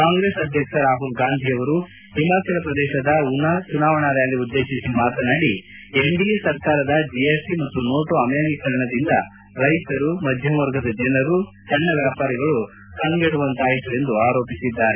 ಕಾಂಗ್ರೆಸ್ ಅಧ್ಯಕ್ಷ ರಾಹುಲ್ ಗಾಂಧಿ ಅವರು ಹಿಮಾಚಲ ಪ್ರದೇಶದ ಉನಾ ಚುನಾವಣಾ ರ್ನಾಲಿ ಉದ್ಲೇಶಿಸಿ ಮಾತನಾಡುತ್ತ ಎನ್ ಡಿಎ ಸರ್ಕಾರದ ಜಿಎಸ್ಟಿ ಮತ್ತು ನೋಟು ಅಮಾನ್ಗೀಕರಣದಿಂದ ರೈತರು ಮಧ್ಯಮ ವರ್ಗದ ಜನರು ಸಣ್ಣ ವ್ಲಾಪಾರಿಗಳು ಕಂಗೆಡುವಂತಾಯಿತು ಎಂದು ಆರೋಪಿಸಿದರು